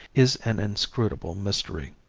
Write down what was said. is an inscrutable mystery.